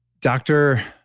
doctor,